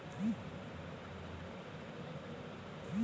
ছারা বচ্ছর ধ্যইরে যে টাকা লক পায় খ্যাইটে